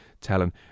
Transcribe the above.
telling